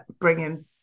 bringing